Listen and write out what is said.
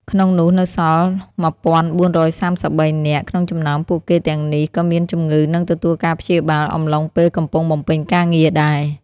ក្នុងនោះ នៅសល់១៤៣៣នាក់ក្នុងចំនោមពួកគេទាំងនេះក៏មានជំងឺនឹងទទួលការព្យាបាល អំឡុងពេលកំពុងបំពេញការងារដែរ។